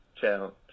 Challenge